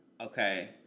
Okay